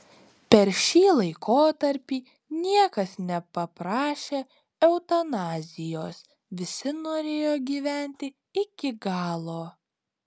per šį laikotarpį niekas nepaprašė eutanazijos visi norėjo gyventi iki galo